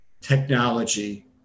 technology